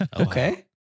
Okay